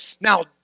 now